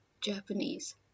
Japanese